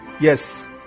Yes